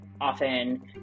often